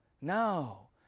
No